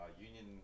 Union